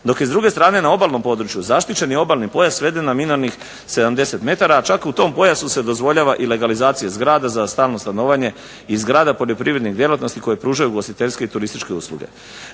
dok je s druge strane na obalnom području zaštićeni obalni pojas sveden na minornih 70 metara, a čak u tom pojasu se dozvoljava i legalizacija zgrada za stalno stanovanje i zgrada poljoprivrednih djelatnosti koje pružaju ugostiteljske i turističke usluge.